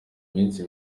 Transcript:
minsi